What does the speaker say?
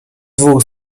dwóch